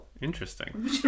Interesting